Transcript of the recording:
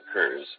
occurs